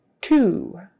two